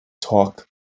talk